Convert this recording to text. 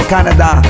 Canada